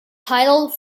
titled